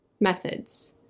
Methods